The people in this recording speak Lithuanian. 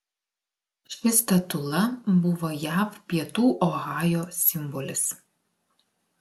ši statula buvo jav pietų ohajo simbolis